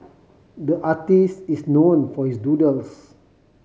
the artist is known for his doodles